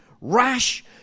rash